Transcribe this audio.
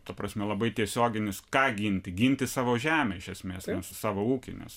ta prasme labai tiesioginius ką ginti ginti savo žemę iš esmės ir savo ūkinius